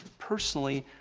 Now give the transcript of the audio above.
personally,